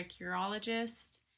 urologist